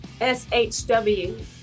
SHW